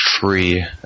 free